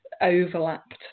overlapped